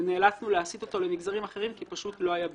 ונאלצנו להסיט אותו למגזרים אחרים כי פשוט לא היה ביקוש.